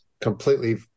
completely